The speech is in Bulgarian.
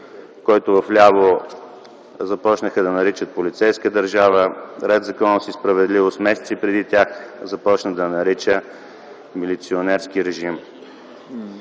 който вляво започнаха да наричат „полицейска държава”, а „Ред, законност и справедливост” месеци преди тях започна да нарича „милиционерски режим”.